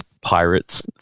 pirates